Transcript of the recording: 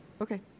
Okay